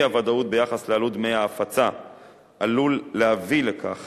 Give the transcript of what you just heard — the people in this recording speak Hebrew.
האי-וודאות ביחס לעלות דמי ההפצה עלולה להביא לכך